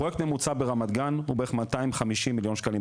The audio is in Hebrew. פרויקט ממוצע ברמת גן הוא בערך 250 מיליון שקלים,